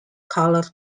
color